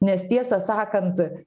nes tiesą sakant